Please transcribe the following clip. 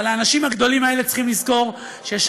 אבל האנשים הגדולים האלה צריכים לזכור שיש